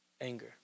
Anger